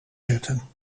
zetten